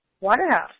Waterhouse